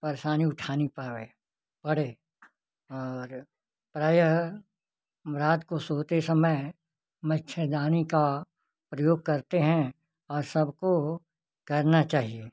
परेशानी उठानी परे पड़े और प्रायः रात को सोते समय मच्छरदानी का प्रयोग करते हैं और सबको करना चाहिए